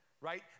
right